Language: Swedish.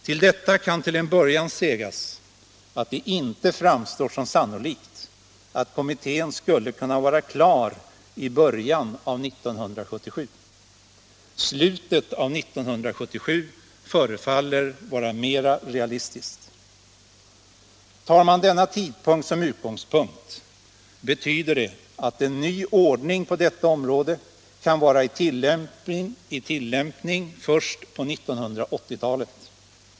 Till detta kan till en början sägas att det inte framstår som sannolikt att kommittén skulle kunna vara klar i början av 1977 — slutet av 1977 förefaller vara mer realistiskt. Tar man denna tidpunkt som utgångspunkt betyder det att en ny ordning på detta område kan vara i tillämpning först på 1980-talet.